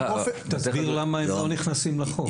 תסביר למה הם לא נכנסים לחוק.